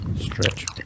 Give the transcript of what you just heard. stretch